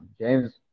James